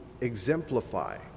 exemplify